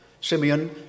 Simeon